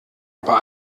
aber